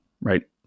right